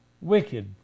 Wicked